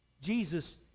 Jesus